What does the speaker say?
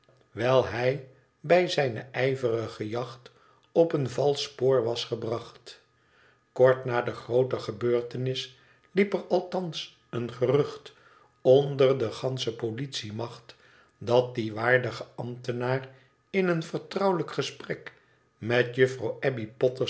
wijl hij bij zijne ijverige jacht op een valsch spoor was gebracht kort na de groote gebeurtenis liep er althans een gerucht onder de gansche politiemacht dat die waardige ambtenaar in een vertrouwelijk gesprek met juffrouw